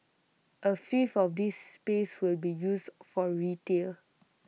A fifth of this space will be used for retail